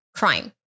crime, (